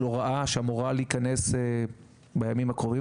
שאמורה להיכנס בימים הקרובים,